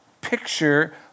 picture